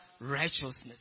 righteousness